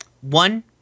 one